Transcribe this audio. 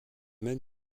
make